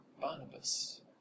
Barnabas